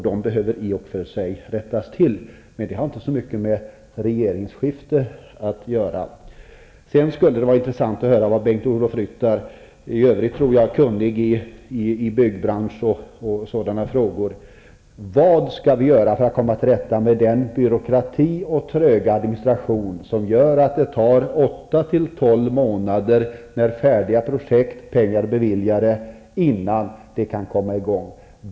De behöver i och för sig rättas till. Men det har inte så mycket med regeringsskifte att göra. Det skulle vara intressant att höra vad Bengt-Ola Ryttar, i övrigt mycket kunnig i byggbranschen, tycker att vi skall göra för att komma till rätta med den byråkrati och den tröga administration som gör att det tar åtta till tolv månader innan färdiga projekt, med pengar beviljade, kan komma i gång.